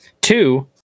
Two